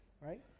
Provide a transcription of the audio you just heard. right